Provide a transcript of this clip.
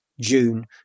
June